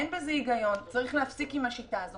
אין בזה היגיון, צריך להפסיק עם השיטה הזאת.